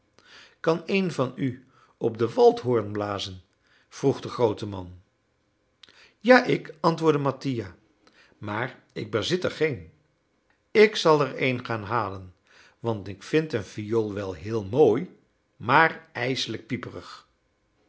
kan een van u op den waldhoren blazen vroeg de groote man ja ik antwoordde mattia maar ik bezit er geen ik zal er een gaan halen want ik vind een viool wel heel mooi maar ijselijk pieperig